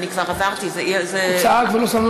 נגד טלי פלוסקוב, נגד יעקב פרי, בעד עיסאווי